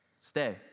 Stay